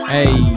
Hey